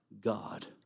God